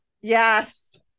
Yes